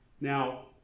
Now